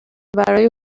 برای